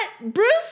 Bruce